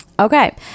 Okay